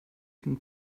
can